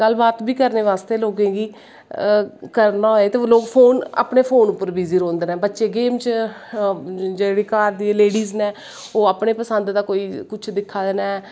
गल्ल बात बी करनें बास्ते लोगें गी करना होऐ ते लोग फोन उप्पर बिज़ी रौंह्दे नै बच्चे गेम च जेह्ड़ी घर दी लेडीस नै ओह् अपने पसंद दा कुश दिक्खा दे नै